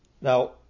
Now